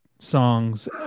songs